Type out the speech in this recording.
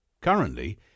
Currently